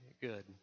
good